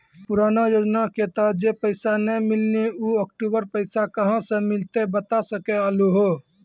पुराना योजना के तहत जे पैसा नै मिलनी ऊ अक्टूबर पैसा कहां से मिलते बता सके आलू हो?